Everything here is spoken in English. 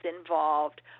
involved